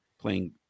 playing